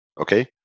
Okay